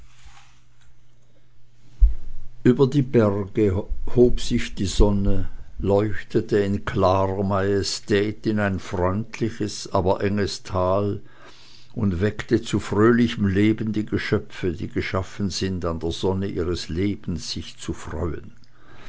über die berge hob sich die sonne leuchtete in klarer majestät in ein freundliches aber enges tal und weckte zu fröhlichem leben die geschöpfe die geschaffen sind an der sonne ihres lebens sich zu freuen